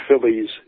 Phillies